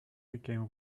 became